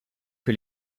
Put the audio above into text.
que